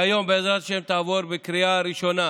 והיום, בעזרת השם, היא תעבור בקריאה ראשונה.